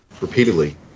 repeatedly